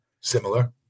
Similar